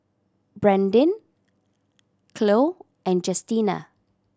Brandin Khloe and Justina